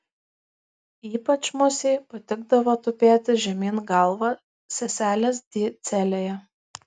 ypač musei patikdavo tupėti žemyn galva seselės di celėje